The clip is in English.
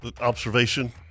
Observation